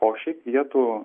o šiaip vietų